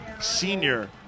senior